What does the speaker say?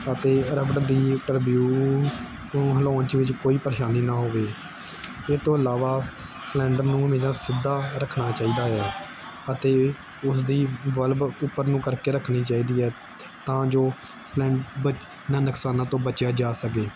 ਅਤੇ ਰਬੜ ਦੀ ਟਰਬਿਊਨ ਨੂੰ ਹਿਲਾਉਣ ਵਿੱਚ ਕੋਈ ਪਰੇਸ਼ਾਨੀ ਨਾ ਹੋਵੇ ਇਹ ਤੋਂ ਇਲਾਵਾ ਸਲੰਡਰ ਨੂੰ ਹਮੇਸ਼ਾ ਸਿੱਧਾ ਰੱਖਣਾ ਚਾਹੀਦਾ ਹੈ ਅਤੇ ਉਸਦੀ ਵਲਬ ਉੱਪਰ ਨੂੰ ਕਰਕੇ ਰੱਖਣੀ ਚਾਹੀਦੀ ਹੈ ਤਾਂ ਜੋ ਸਲੈਂਡਬਤ ਇਹਨਾਂ ਨੁਕਸਾਨਾਂ ਤੋਂ ਬਚਿਆ ਜਾ ਸਕੇ